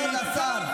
כל הקואליציה הזאת,